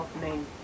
name